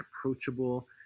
approachable